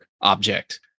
object